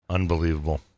Unbelievable